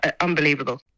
unbelievable